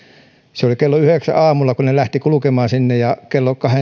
se oli kello yhdeksällä aamulla kun ne lähtivät kulkemaan sinne ja kello